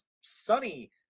sunny